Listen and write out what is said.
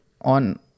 on